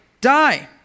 die